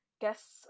guests